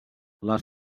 les